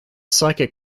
psychic